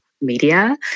media